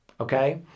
Okay